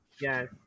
Yes